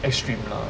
extreme lah